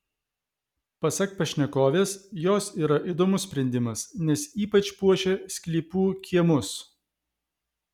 pasak pašnekovės jos yra įdomus sprendimas nes ypač puošia sklypų kiemus